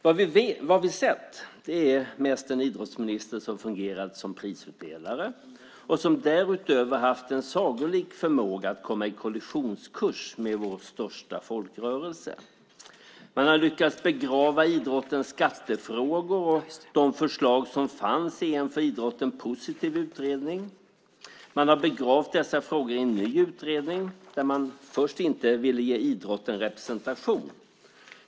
Vad vi sett är mest en idrottsminister som fungerat som prisutdelare och som därutöver haft en sagolik förmåga att komma på kollisionskurs med vår största folkrörelse. Man har lyckats begrava idrottens skattefrågor och de förslag som fanns i en för idrotten positiv utredning. Man har begravt dessa frågor i en ny utredning där man först inte ville ge idrotten representation.